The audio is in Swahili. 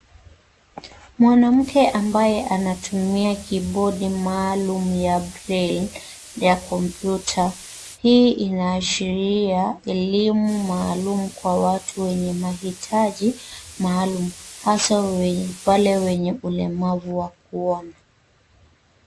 Mwanamke ambaye anatumia kibodi maalum ya braille ya kompyuta. Hii inaashiria elimu maalum kwa watu wenye mahitaji maalum, hasa wale wenye ulemavu wa kuona.